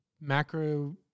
macro